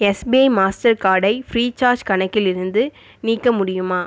SBI master கார்டை Freecharge கணக்கிலிருந்து நீக்க முடியுமா